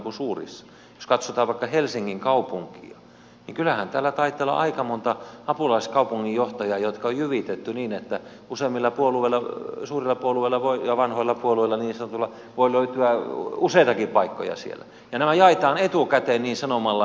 jos katsotaan vaikka helsingin kaupunkia niin kyllähän täällä taitaa olla aika monta apulaiskaupunginjohtajaa jotka on jyvitetty niin että useammilta puolueilta suurilta puolueilta ja niin sanotuilta vanhoilta puolueilta voi löytyä useitakin paikkoja siellä ja nämä jaetaan etukäteen niin sanomalla